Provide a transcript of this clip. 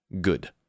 good